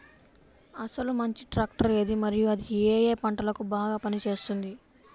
అసలు మంచి ట్రాక్టర్ ఏది మరియు అది ఏ ఏ పంటలకు బాగా పని చేస్తుంది?